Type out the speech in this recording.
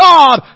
God